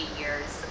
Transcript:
years